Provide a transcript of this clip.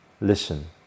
listen